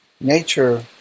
Nature